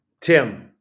Tim